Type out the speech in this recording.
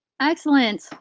Excellent